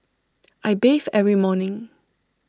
I bathe every morning